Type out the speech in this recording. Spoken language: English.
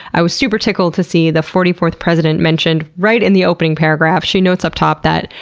i was super tickled to see the forty fourth president mentioned right in the opening paragraph. she notes up top that,